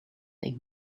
they